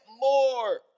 more